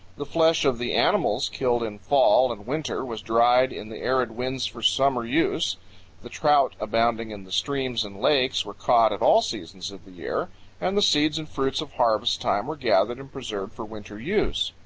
the flesh of the animals killed in fall and winter was dried in the arid winds for summer use the trout abounding in the streams and lakes were caught at all seasons of the year and the seeds and fruits of harvest time were gathered and preserved for winter use.